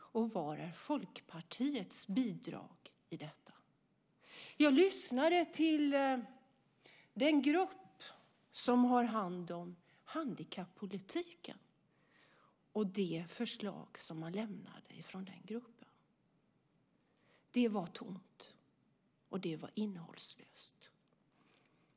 Var är Folkpartiets bidrag i detta? Jag lyssnade till den grupp som har hand om handikappolitiken och de förslag som man lämnade från den gruppen. Det var tomt och det var innehållslöst.